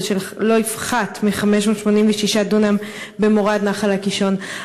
שלא יפחת מ-586 דונם במורד נחל הקישון,